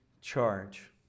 charge